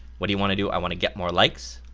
what do you want to do? i want to get more likes.